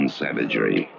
savagery